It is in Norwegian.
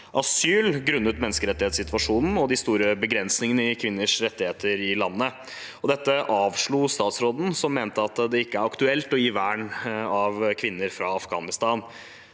asyl, grunnet menneskerettighetssituasjonen og de store begrensningene i kvinners rettigheter i landet. Dette avslo statsråden, som mente at det ikke er aktuelt å gi vern av kvinner fra Afghanistan.